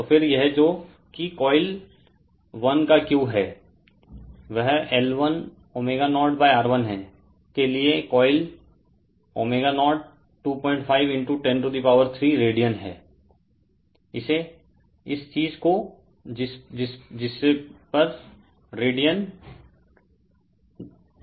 तो फिर यह जो कि coiL1 का Q है वह L1ω0R1 है के लिए coiLω0 25 103 रेडियन हैं